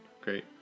Great